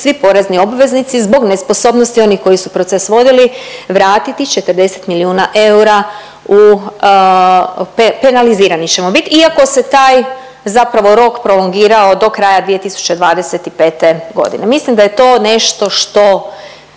svi porezni obveznici zbog nesposobnosti onih koji su proces vodili vratiti 40 milijuna eura u penalizirani ćemo bit, iako se taj zapravo rok prolongirao do kraja 2025.g.. Mislim da je to nešto što,